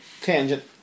Tangent